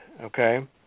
okay